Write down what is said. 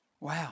Wow